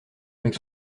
avec